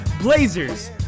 Blazers